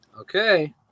Okay